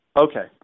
Okay